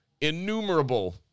innumerable